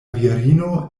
virino